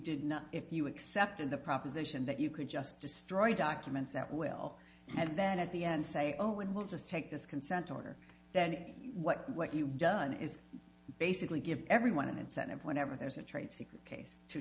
did not if you accepted the proposition that you could just destroy documents at will and then at the end say oh and wants us to take this consent order then what you've done is basically give everyone an incentive whenever there's a trade secret case to